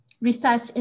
research